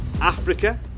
Africa